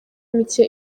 mike